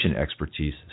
expertise